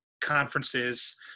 conferences